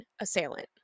assailant